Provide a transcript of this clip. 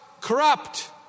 corrupt